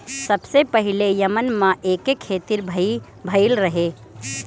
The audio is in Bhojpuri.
सबसे पहिले यमन में एकर खेती भइल रहे